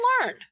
learn